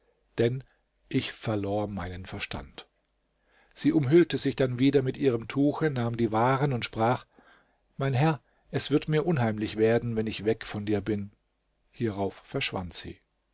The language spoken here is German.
denn ich verlor meinen verstand sie umhüllte sich dann wieder mit ihrem tuche nahm die waren und sprach mein herr es wird mir unheimlich werden wenn ich weg von dir bin hierauf verschwand sie